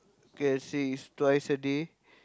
can I say it's twice a day